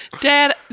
Dad